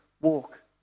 walk